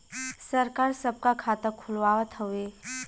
सरकार सबका खाता खुलवावत हउवे